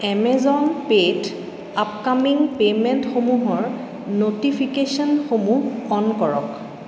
Amazon পে'ত upcoming পে'মেণ্টসমূহৰ ন'টিফিকেশ্যনসমূহ অ'ন কৰক